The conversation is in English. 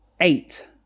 eight